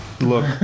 Look